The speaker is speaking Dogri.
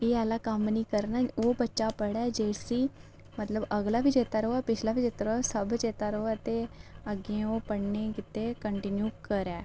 एह् आह्ला कम्म निं करना ओह् बच्चा पढ़ै जिसी मतलब अगला बी चेत्ता र'वै पिछला बी चेत्ता र'वै सब चेत्ता र'वै ते अग्गें ओह् पढ़ने गित्तै कांटिन्यू करै